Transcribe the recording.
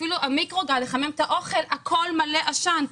אפילו המיקרוגל לחמם את האוכל הכול מלא עשן.